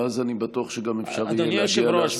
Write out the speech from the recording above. ואז אני בטוח שגם אפשר יהיה להגיע להסכמה,